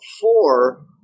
four